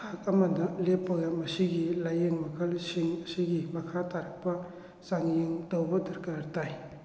ꯊꯥꯛ ꯑꯃꯗ ꯂꯦꯞꯄꯒ ꯃꯁꯤꯒꯤ ꯂꯥꯏꯌꯦꯡ ꯃꯈꯜꯁꯤꯡ ꯑꯁꯤꯒꯤ ꯃꯈꯥ ꯇꯥꯔꯛꯄ ꯆꯥꯡꯌꯦꯡ ꯇꯧꯕ ꯗꯔꯀꯥꯔ ꯇꯥꯏ